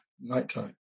nighttime